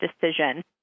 decision